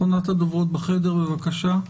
אחרונת הדוברות בחדר, בבקשה.